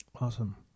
Awesome